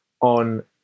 on